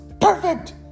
perfect